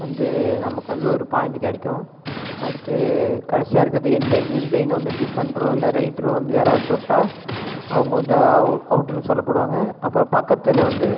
வந்து நமக்கு வந்து ஒரு பாயிண்டு கிடைக்கும் அடுத்து கடைசியாக இருக்கிறது எண்டு லைன் எண்டு லைன் வந்து டிஃபன்டரோ இல்லை ரைடரோ வந்து யாராவது தொட்டால் அவங்க வந்து அவ் அவுட்டுனு சொல்லப்படுவாங்க அப்புறம் பக்கத்தில் வந்து